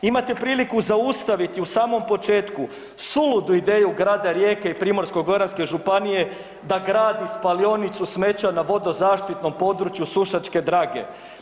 Imate priliku zaustaviti u samom početku suludu ideju grada Rijeke i Primorsko-goranske županije da gradi spalionicu smeća na vodozaštitnom području Sušačke Drage.